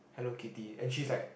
Hello-Kitty actually is like